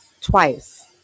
twice